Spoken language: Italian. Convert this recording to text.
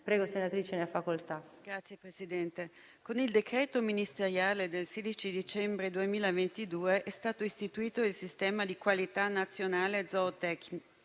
Signor Ministro, con il decreto ministeriale del 16 dicembre 2022 è stato istituito il sistema di qualità nazionale per il